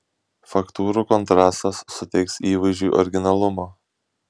faktūrų kontrastas suteiks įvaizdžiui originalumo